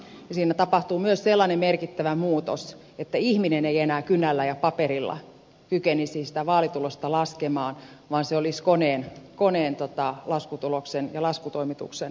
ja siinä tapahtuu myös sellainen merkittävä muutos että ihminen ei enää kynällä ja paperilla kykenisi sitä vaalitulosta laskemaan vaan se olisi koneen laskutuloksen ja laskutoimituksen varassa